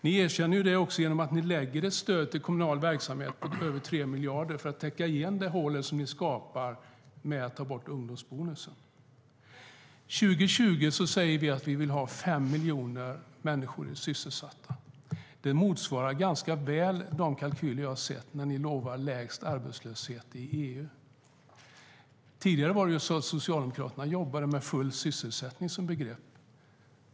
Ni erkänner det genom att ni föreslår ett stöd till kommunal verksamhet på över 3 miljarder för att täcka igen de hål som ni skapar genom att ta bort ungdomsbonusen. Vi säger att vi vill ha fem miljoner människor sysselsatta 2020. Det motsvarar ganska väl de kalkyler jag har sett där ni lovar lägst arbetslöshet i EU. Tidigare var det så att Socialdemokraterna jobbade med "full sysselsättning" som begrepp.